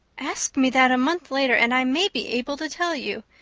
ask me that a month later and i may be able to tell you.